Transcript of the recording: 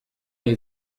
est